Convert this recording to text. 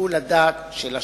שיקול הדעת של השופט.